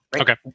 okay